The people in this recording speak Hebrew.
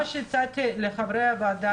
מה שהצעתי לחברי הוועדה,